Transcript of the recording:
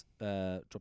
drop